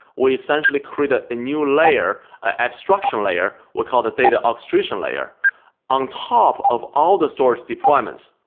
we essentially create a new layer, an abstraction layer we call the data orchestration layer on top of all the storage deployments.